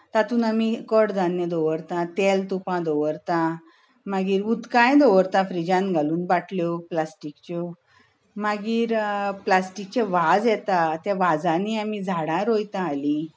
तातूंत आमी कडधान्य दवरतात तेल तुपां दवरतात मागीर उदकाय दवरता फ्रिजांत घालून बाटल्यो प्लास्टीकच्यो मागीर प्लास्टीकचे वाज येतात त्या वाजांनी आमी झाडां रोयतात हालीं